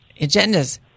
agendas